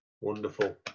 Wonderful